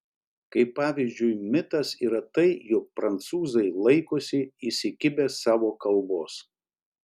kaip pavyzdžiui mitas yra tai jog prancūzai laikosi įsikibę savo kalbos